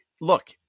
look